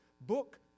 book